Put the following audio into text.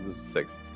Six